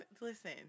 listen